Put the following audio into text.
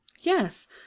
yes